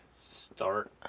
Start